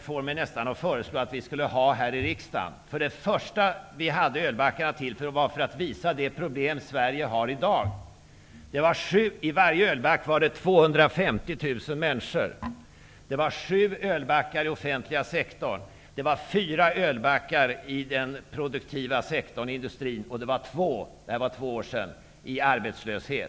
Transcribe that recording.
får mig nästan att föreslå att vi skulle ha sådana här i riksdagen. Vi hade ölbackarna främst till att visa de problem som Sverige har i dag. Varje ölback representerade 250 000 människor. Den offentliga sektorn illustrerades med sju ölbackar. Den produktiva sektorn, industrin, utgjorde fyra ölbackar, och två ölbackar visade de människor som var arbetslösa. Det här var två år sedan.